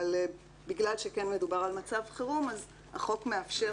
אבל בגלל שכן מדובר על מצב חירום אז החוק מאפשר